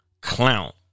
Clown